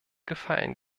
gefallen